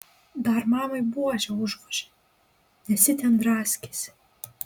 dar mamai buože užvožė nes ji ten draskėsi